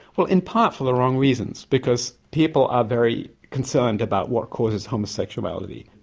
well in part for the wrong reasons, because people are very concerned about what causes homosexuality.